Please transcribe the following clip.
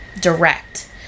direct